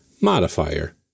modifier